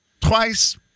twice